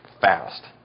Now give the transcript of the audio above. fast